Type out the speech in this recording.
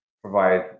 provide